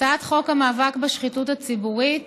הצעת חוק המאבק בשחיתות הציבורית